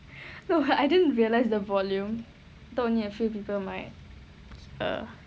no I didn't realise the volume I thought only a few people might err